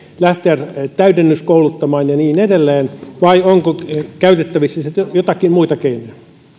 lähteä täydennyskouluttamaan ja niin edelleen vai onko käytettävissä joitakin muita keinoja